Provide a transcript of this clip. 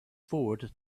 forward